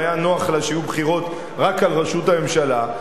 והיה נוח לה שיהיו בחירות רק לראשות הממשלה.